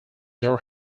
there